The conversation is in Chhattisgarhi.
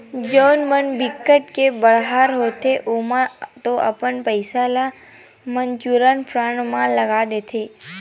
जउन मन बिकट के बड़हर होथे ओमन तो अपन पइसा ल म्युचुअल फंड म लगा देथे